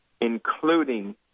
including